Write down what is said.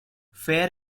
fair